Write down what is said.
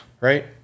right